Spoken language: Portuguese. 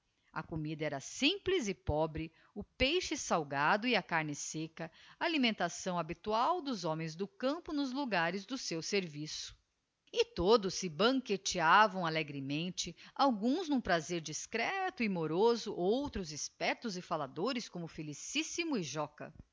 a comida era simples e pobre o peixe salgado e a carne secca alimentação habitual dos homens do campo nos logares do seu serviço e todos se banqueteavam alegremente alguns n'um prazer discreto e moroso outros espertos e faladores como felicíssimo e joca